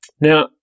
Now